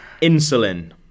Insulin